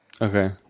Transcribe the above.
Okay